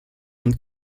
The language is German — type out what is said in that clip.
und